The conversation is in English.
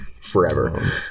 forever